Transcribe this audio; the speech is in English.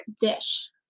dish